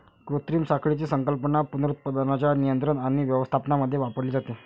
कृत्रिम साखळीची संकल्पना पुनरुत्पादनाच्या नियंत्रण आणि व्यवस्थापनामध्ये वापरली जाते